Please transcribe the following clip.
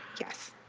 yes